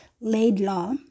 Laidlaw